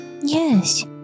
Yes